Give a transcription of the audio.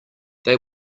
they